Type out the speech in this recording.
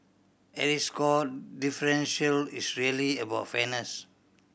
at its core differential is really about fairness